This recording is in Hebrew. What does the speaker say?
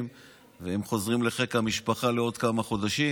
והם חוזרים לחיק המשפחה לעוד כמה חודשים.